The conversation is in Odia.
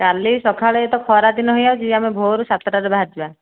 କାଲି ସକାଳେ ଏ ତ ଖରାଦିନ ହୋଇଯାଉଛି ଆମେ ଭୋରୁ ସାତଟା ରୁ ବାହାରିଯିବା